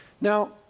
Now